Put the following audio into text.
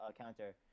counter